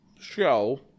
show